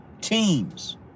teams